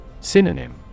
Synonym